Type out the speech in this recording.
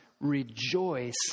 rejoice